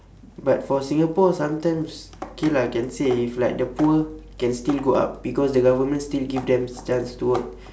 but for singapore sometimes okay lah can say if like the poor can still go up because the government still give them chance to work